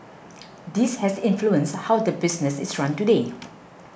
this has influenced how the business is run today